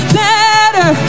better